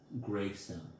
gravestone